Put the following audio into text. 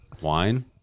Wine